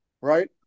right